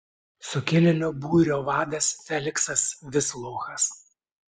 sukilėlių būrio vadas feliksas vislouchas